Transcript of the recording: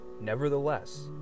Nevertheless